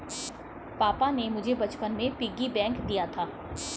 पापा ने मुझे बचपन में पिग्गी बैंक दिया था